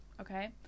okay